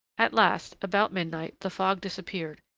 at last, about midnight, the fog disappeared,